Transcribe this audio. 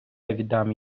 віддам